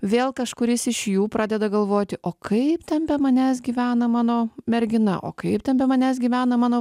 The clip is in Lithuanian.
vėl kažkuris iš jų pradeda galvoti o kaip ten be manęs gyvena mano mergina o kaip ten be manęs gyvena mano vaikinas